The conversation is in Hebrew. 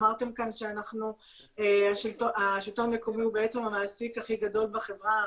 אמרתם כאן שהשלטון המקומי הוא המעסיק הכי גדול בחברה הערבית,